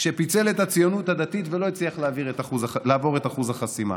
כשפיצל את הציונות הדתית ולא הצליח לעבור את אחוז החסימה.